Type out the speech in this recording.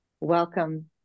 Welcome